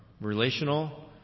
relational